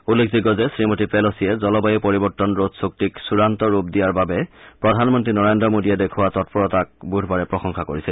উল্লেখযোগ্য যে শ্ৰীমতী পেলচিয়ে জলবায়ু পৰিবৰ্তন ৰোধ চুক্তিক চূড়ান্ত ৰূপ দিয়াৰ বাবে প্ৰধানমন্ত্ৰী নৰেন্দ্ৰ মোডীয়ে দেখুওৱা তৎপৰতাক বুধবাৰে প্ৰশংসা কৰিছিল